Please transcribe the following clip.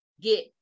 get